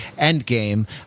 Endgame